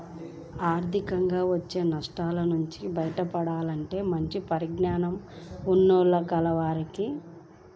ఆర్థికంగా వచ్చే నష్టాల నుంచి బయటపడాలంటే మంచి పరిజ్ఞానం ఉన్నోల్లని కలవాలి